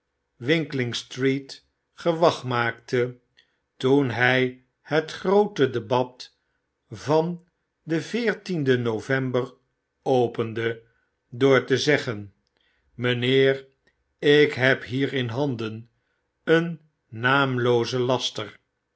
gewag maakte toen hij het groote debat van den veertienden november opende door te zeggen mgnheer ik heb hier in handen een naamloozen laster